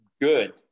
good